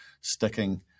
sticking